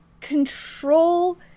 Control